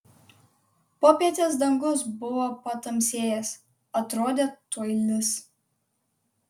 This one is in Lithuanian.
popietės dangus buvo patamsėjęs atrodė tuoj lis